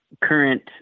current